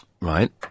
Right